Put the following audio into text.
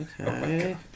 Okay